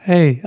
Hey